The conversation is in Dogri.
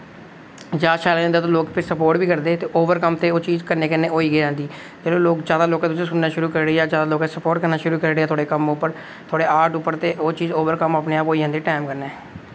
जैदा शैल होई जंदा ते लोक फ्ही सपोर्ट बी करदे ते ओवरकम कन्नै ओह् चीज़ होई गै जंदी ते जेल्लै जैदा लोकें तुसेंगी सुनना शुरू करी ओड़ेआ जैदा लोकें सपोर्ट करना शुरू करी ओड़ेआ थोह्ड़े कम्म पर थोह्ड़े आर्ट पर ते ओह् चीज अपने आप ओवरकम होई जंदी टैम कन्नै